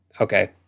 Okay